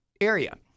area